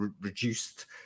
reduced